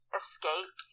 escape